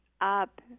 up